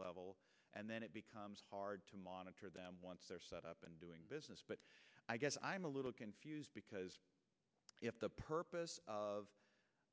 level and then it becomes hard to monitor them once they're set up and doing business but i guess i'm a little confused because if the purpose of